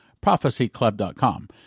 Prophecyclub.com